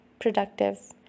productive